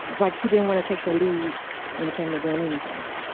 like he didn't want to take the lead when it came to doing anything